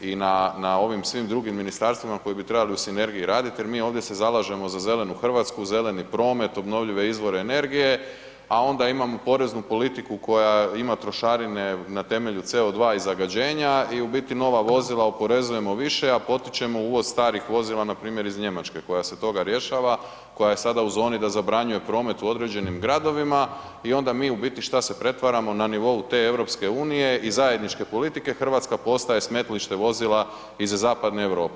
i na, na ovim svim drugim ministarstvima koji bi trebali u sinergiji radit jer mi ovdje se zalažemo za zelenu RH, zeleni promet, obnovljive izvore energije, a onda imamo poreznu politiku koja ima trošarine na temelju CO2 i zagađenja i u biti nova vozila oporezujemo više, a potičemo uvoz starih vozila npr. iz Njemačke koja se toga rješava, koja je sada u zoni da zabranjuje promet u određenim gradovima i onda mi u biti u šta se pretvaramo na nivou te EU i zajedničke politike RH postaje smetlište vozila iz zapadne Europe.